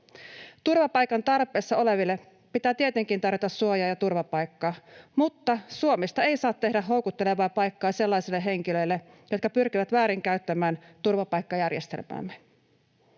Turvapaikan tarpeessa oleville pitää tietenkin tarjota suojaa ja turvapaikka, mutta Suomesta ei saa tehdä houkuttelevaa paikkaa sellaisille henkilöille, jotka pyrkivät väärinkäyttämään turvapaikkajärjestelmäämme.